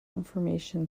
information